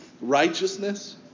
Righteousness